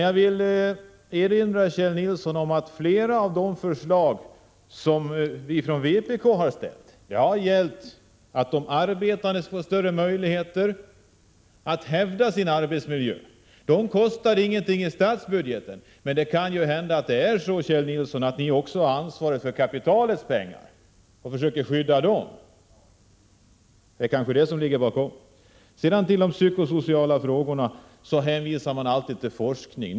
Jag vill då erinra Kjell Nilsson om att flera av de förslag vi ställt från vpk:s sida har gällt att de arbetande skall få större möjligheter att hävda sina arbetsmiljöintressen — det kostar ingenting i statsbudgeten; men det kan ju hända att det är så, Kjell Nilsson, att ni också har ansvaret för kapitalets pengar och försöker skydda dem? Det är kanske det som ligger bakom? När det gäller de psykosociala frågorna hänvisar man alltid till forskning.